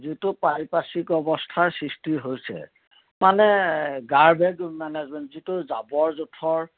যিটো পাৰিপাশ্বিক অৱস্থাৰ সৃষ্টি হৈছে মানে গাৰ বেগ মানে যিটো জাবৰ জোথৰ